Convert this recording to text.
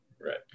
Right